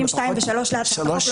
סעיפים 2 ו-3 להצעת החוק לא יקודמו".